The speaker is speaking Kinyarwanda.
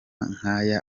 nk’aya